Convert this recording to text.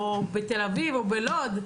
תל אביב או לוד,